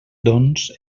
doncs